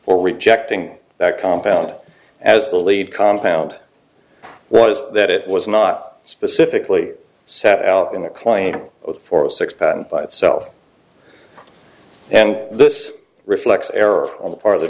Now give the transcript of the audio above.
for rejecting that compound as the lead compound was that it was not specifically set out in the client for six patent by itself and this reflects error on the part of the